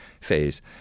phase